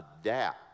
adapt